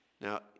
Now